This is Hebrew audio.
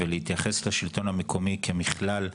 ולהתייחס לשלטון המקומי כמכלל,